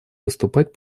выступать